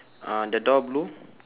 uh the door blue